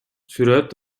сүрөт